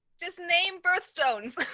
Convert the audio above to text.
this name first